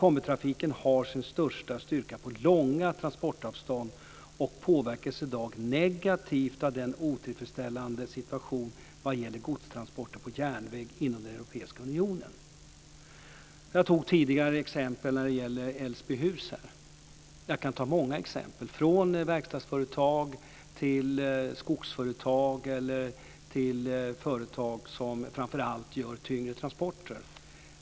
Kombitrafiken har sin största styrka på långa transportavstånd och påverkas i dag negativt av den otillfredsställande situation som råder vad gäller godstransporter på järnväg inom den europeiska unionen. Jag tog tidigare ett exempel som gällde Älvsbyhus. Jag kan ta många exempel på verkstadsföretag, skogsföretag eller företag som framför allt har tyngre transporter.